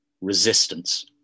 Resistance